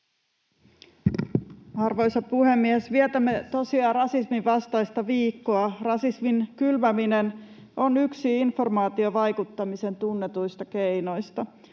Arvoisa puhemies! Vietämme tosiaan Rasisminvastaista viikkoa. Rasismin kylväminen on yksi informaatiovaikuttamisen tunnetuista keinoista.